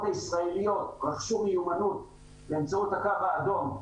הישראליות רכשו מיומנות באמצעות הקו האדום,